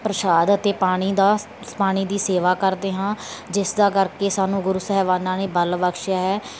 ਪ੍ਰਸ਼ਾਦ ਅਤੇ ਪਾਣੀ ਦਾ ਪਾਣੀ ਦੀ ਸੇਵਾ ਕਰਦੇ ਹਾਂ ਜਿਸ ਦੇ ਕਰਕੇ ਸਾਨੂੰ ਗੁਰੂ ਸਾਹਿਬਾਨਾਂ ਨੇ ਬਲ ਬਖਸ਼ਿਆ ਹੈ